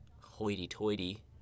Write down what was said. hoity-toity